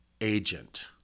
agent